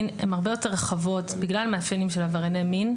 הן הרבה יותר רחבות בגלל מאפיינים של עברייני מין.